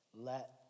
let